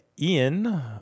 Ian